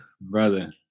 brother